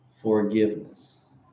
forgiveness